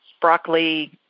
broccoli